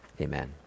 amen